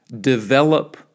develop